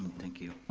thank you.